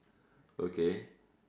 okay